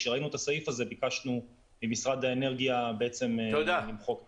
כשראינו את הסעיף הזה ביקשנו ממשרד האנרגיה למחוק אותו.